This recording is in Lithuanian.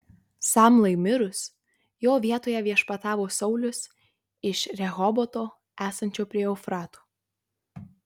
samlai mirus jo vietoje viešpatavo saulius iš rehoboto esančio prie eufrato